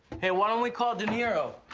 hey, why don't we call de niro?